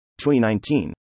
2019